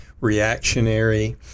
reactionary